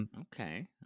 Okay